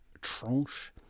tranche